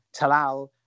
Talal